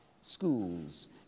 schools